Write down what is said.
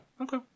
okay